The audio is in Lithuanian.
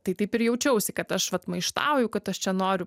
tai taip ir jaučiausi kad aš vat maištauju kad aš čia noriu